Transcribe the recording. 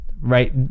right